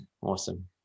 Awesome